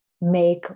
make